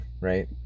right